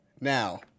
Now